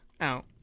out